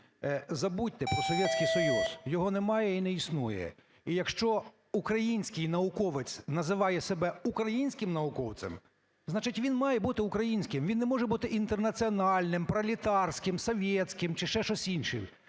Забудьте про "Совєцький Союз", його немає і не існує. І якщо український науковець називає себе "українським науковцем", значить, він має бути українським, він не може бути інтернаціональним, пролетарським, "совєцьким" чи ще щось інше.